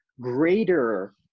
greater